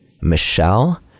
Michelle